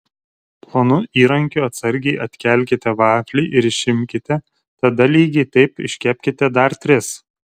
plonu įrankiu atsargiai atkelkite vaflį ir išimkite tada lygiai taip iškepkite dar tris